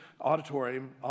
auditorium